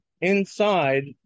inside